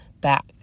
back